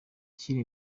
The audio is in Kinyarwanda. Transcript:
nshyira